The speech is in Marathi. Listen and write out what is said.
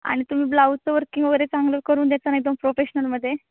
आणि तुम्ही ब्लाऊजचं वर्किंग वगैरे चांगलं करून देता ना एकदम प्रोफेशनलमध्ये